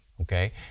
Okay